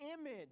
image